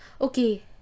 Okay